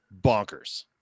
Bonkers